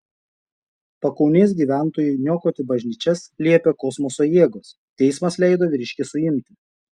pakaunės gyventojui niokoti bažnyčias liepė kosmoso jėgos teismas leido vyriškį suimti